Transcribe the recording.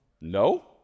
No